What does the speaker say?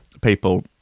people